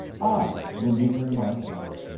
i will meet him myself!